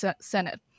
Senate